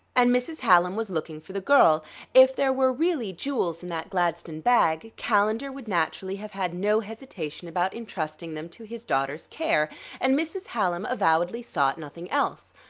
and mrs. hallam was looking for the girl if there were really jewels in that gladstone bag, calendar would naturally have had no hesitation about intrusting them to his daughter's care and mrs. hallam avowedly sought nothing else.